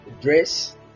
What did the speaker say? dress